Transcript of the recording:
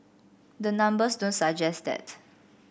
the numbers don't suggest that